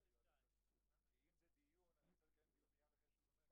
לצערנו, זה קורה לנו